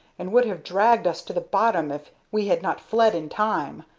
and would have dragged us to the bottom if we had not fled in time.